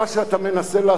מה שאתה מנסה לעשות,